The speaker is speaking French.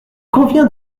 convient